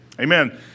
Amen